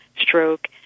stroke